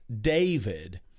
David